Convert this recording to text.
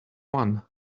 one